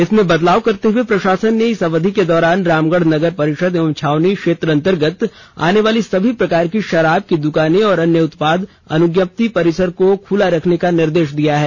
इसमें बदलाव करते हुए प्रशासन ने इस अवधि के दौरान रामगढ़ नगर परिषद एवं छावनी क्षेत्र अंतर्गत आने वाली सभी प्रकार की शराब की दुकानें और अन्य उत्पाद अनुज्ञप्ति परिसर को खुला रखने का निर्देश दिया है